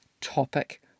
topic